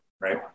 Right